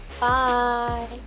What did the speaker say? Bye